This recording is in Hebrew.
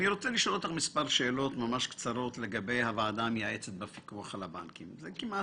אני רוצה לשים את הדגש על כך שאמרת שאת מקווה.